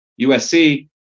USC